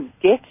get